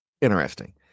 interesting